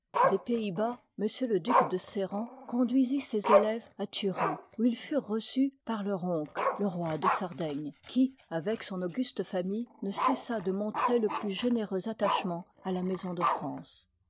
des pays-bas m le duc de sérent conduisit ses élèves à turin où ils furent reçu par leur oncle le roi de sardaignc qui avec son auguste famille ne cessa de montrer le plus généreux attachement à la maison de france